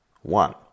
one